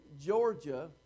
Georgia